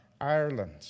Ireland